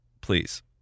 Please